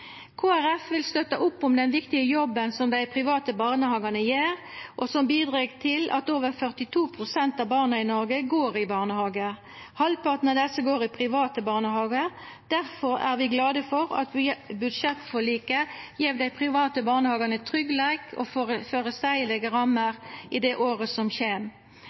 vil støtta opp om den viktige jobben som dei private barnehagane gjer, og som bidreg til at over 92 pst. av barna i Noreg går i barnehage. Halvparten av desse går i private barnehagar, difor er vi glade for at budsjettforliket gjev dei private barnehagane tryggleik og føreseielege rammer i det året